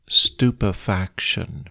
stupefaction